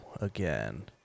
again